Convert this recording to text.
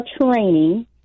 training